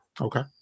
Okay